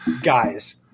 guys